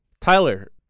Tyler